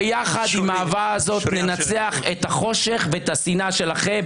ויחד עם האהבה הזאת ננצח את החושך ואת השנאה שלכם,